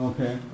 Okay